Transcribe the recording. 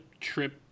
trip